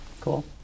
Cool